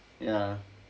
ya